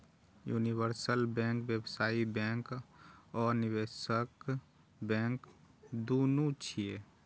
universal bank व्यावसायिक bank आ निवेश बैंक, दुनू छियै